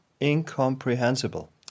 incomprehensible